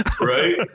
Right